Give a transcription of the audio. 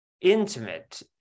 intimate